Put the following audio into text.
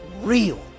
real